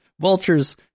Vultures